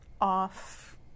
off